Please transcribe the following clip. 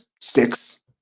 sticks